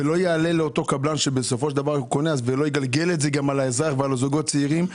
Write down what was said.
ןאם הקבלן לא יגלגל את זה על זוגות צעירים,